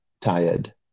tired